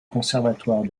conservatoire